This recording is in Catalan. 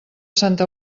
santa